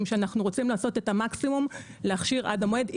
שאנחנו רוצים לעשות את המקסימום ולהכשיר עד המועד.